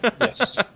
Yes